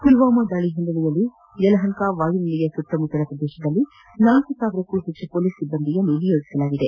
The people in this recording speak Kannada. ಮಲ್ವಾಮಾ ದಾಳಿಯ ಹಿನ್ನೆಲೆಯಲ್ಲಿ ಯಲಹಂಕ ವಾಯುನೆಲೆಯ ಸುತ್ತಮುತ್ತಲ ಪ್ರದೇಶಗಳಲ್ಲಿ ನಾಲ್ಕು ಸಾವಿರಕ್ಕೂ ಹೆಚ್ಚು ಪೊಲೀಸ್ ಸಿಬ್ಬಂದಿಯನ್ನು ನಿಯೋಜನೆ ಮಾಡಲಾಗಿದೆ